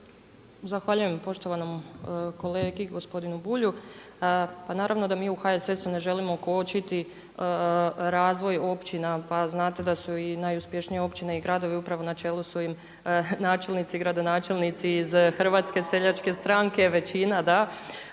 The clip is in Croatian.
Zahvaljujem poštovanom kolegi gospodinu Bulju. Pa naravno da mi u HSS-u ne želimo kočiti razvoj općina. Pa znate da su i najuspješnije općine i gradovi upravo na čelu su im načelnici, gradonačelnici iz Hrvatske seljačke stranke većina, da.